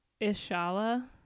Ishala